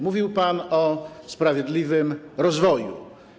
Mówił pan o sprawiedliwym rozwoju.